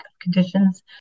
conditions